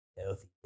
healthy